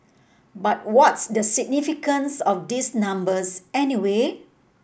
but what's the significance of these numbers anyway